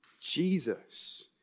Jesus